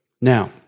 Now